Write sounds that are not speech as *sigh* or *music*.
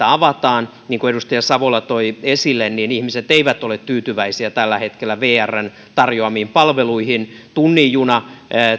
*unintelligible* avataan niin kuten kuin edustaja savola toi esille ihmiset eivät ole tyytyväisiä tällä hetkellä vrn tarjoamiin palveluihin tunnin juna